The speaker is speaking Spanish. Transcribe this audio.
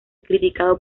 criticado